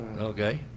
Okay